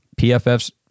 PFF's